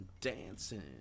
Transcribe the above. dancing